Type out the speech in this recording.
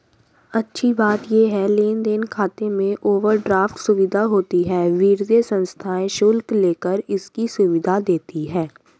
अच्छी बात ये है लेन देन खाते में ओवरड्राफ्ट सुविधा होती है वित्तीय संस्थाएं शुल्क लेकर इसकी सुविधा देती है